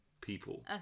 people